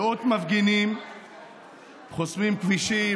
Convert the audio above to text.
מאות מפגינים חוסמים כבישים,